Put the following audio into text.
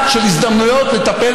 חברת הכנסת נאוה בוקר נמצאת?